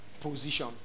position